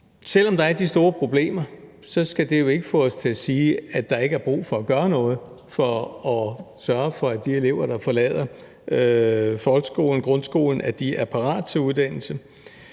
Selv om der er de store problemer, skal det jo ikke få os til at sige, at der ikke er brug for at gøre noget for at sørge for, at de elever, der forlader grundskolen, er parate til uddannelse.